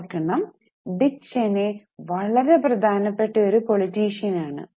ഓർക്കണം Dick Cheney വളരെ പ്രധാനപ്പെട്ട ഒരു പൊളിറ്റീഷ്യന് ആണ്